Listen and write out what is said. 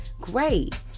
great